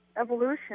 evolution